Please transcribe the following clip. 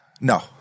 no